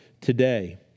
today